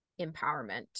empowerment